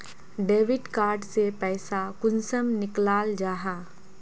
Debit card से पैसा कुंसम निकलाल जाहा?